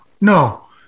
no